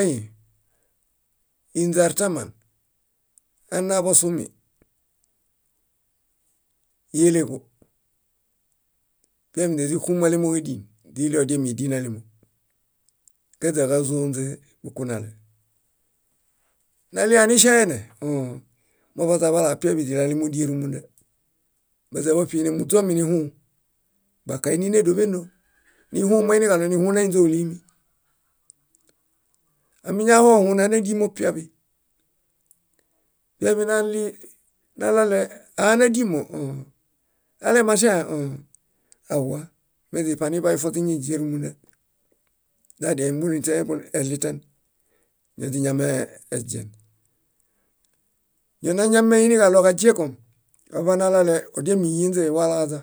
ãĩ, ínźe aritaman aneaḃosumi íleġo. Piaḃinźe źíxumalemoġadien, źiɭie ódiamidinalemo káźaġazonźe bukunale. Naɭianiŝaene? Õõ. Moḃaźaḃalaa piaḃi źíɭalemodien rúmunda. Báźaḃaṗine muźominihũũ; bakaini nédoḃendon. Nihũũ moiniġaɭo nihunainźe ólumi. Miñahohuna nádimo piaḃi. Piaḃi naɭale aa nádimo? Õõ. Alemaŝaẽ? Õõ. Ahua. Meźiṗaniḃayufoźiñiźien rúmunda. Ñadianimbuɭitẽ eɭiten ñoźiñameeźien. Ñonañameiniġaɭo kaźẽkom, oḃanaɭale ódiamiyenźe walaźa.